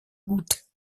goutte